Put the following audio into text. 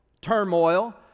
turmoil